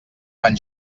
fan